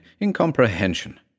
incomprehension